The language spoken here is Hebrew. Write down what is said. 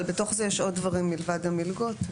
אבל בתוך זה יש עוד דברים מלבד המלגות.